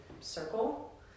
Circle